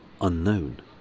unknown